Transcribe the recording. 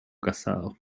cazado